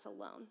alone